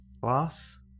Glass